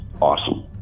awesome